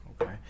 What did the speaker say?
Okay